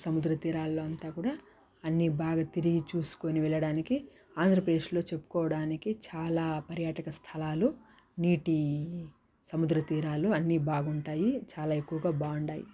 సముద్రతీరాల్లో అంతా కూడా అన్నీ బాగా తిరిగి చూసుకొని వెళ్ళడానికి ఆంధ్రప్రదేశ్లో చెప్పుకోడానికి చాలా పర్యాటక స్థలాలు నీటి సముద్రతీరాలు అన్నీ బాగుంటాయి చాలా ఎక్కువగా బాగున్నాయి